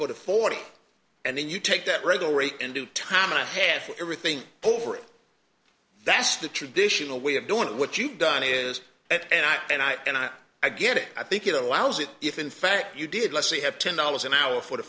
for the forty and then you take that regel rate in due time i have everything over it that's the traditional way of doing what you've done is it and i and i and i i get it i think it allows it if in fact you did let's say have ten dollars an hour for the